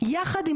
יחד עם